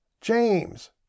James